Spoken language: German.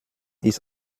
ist